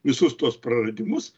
visus tuos praradimus